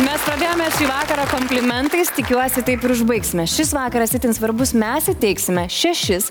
mes pradėjome šį vakarą komplimentais tikiuosi taip ir užbaigsime šis vakaras itin svarbus mes įteiksime šešis